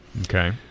Okay